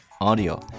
audio